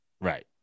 right